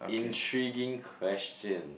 intriguing question